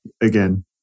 again